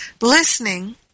listening